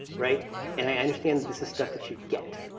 right? and i understand that this is stuff that you get.